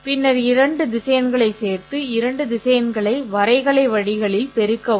பின்னர் இரண்டு திசையன்களைச் சேர்த்து இரண்டு திசையன்களை வரைகலை வழிகளில் பெருக்கவும்